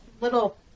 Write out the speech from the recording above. little